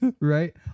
Right